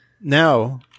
Now